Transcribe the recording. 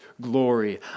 glory